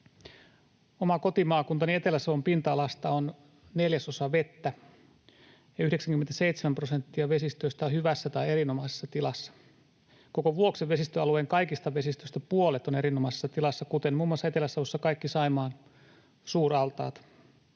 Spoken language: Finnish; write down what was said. Oma kotimaakuntani Etelä-Savon pinta-alasta on neljäsosa vettä, ja 97 prosenttia vesistöistä on hyvässä tai erinomaisessa tilassa. Koko Vuoksen vesistöalueen kaikista vesistöistä puolet on erinomaisessa tilassa, kuten muun muassa Etelä-Savossa kaikki Saimaan suuraltaat.